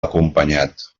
acompanyat